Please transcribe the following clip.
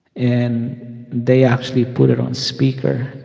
and they actually put it on speaker,